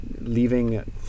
leaving